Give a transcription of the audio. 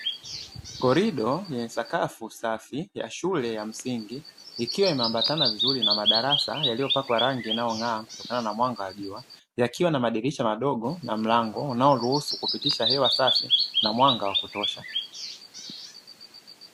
Korido lenye sakafu safi ya shule ya msingi, ikiwa imeambatana vizuri na madarasa yaliyopakwa rangi inayong'aa kutokana na mwanga wa jua, yakiwa na madirisha madogo na mlango unaoruhusu kupitisha hewa safi na mwanga wa kutosha.